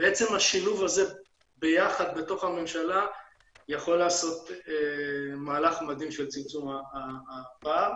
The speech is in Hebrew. בעצם השילוב הזה ביחד בתוך הממשלה יכול לעשות מהלך מדהים של צמצום הפער.